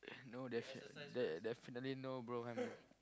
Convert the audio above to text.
no definitely definitely no bro I'm